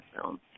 film